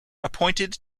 appointed